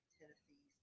Tennessee